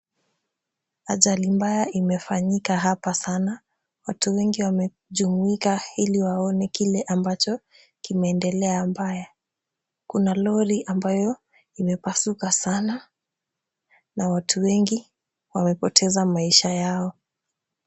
Ajali mbaya imefanyika hapa sana. Watu wengi wamejumuika ili waone kile ambacho kimeendelea mbaya. Kuna lori ambayo umepasuka sanaa, na watu wengi wamepoteza maisha yao.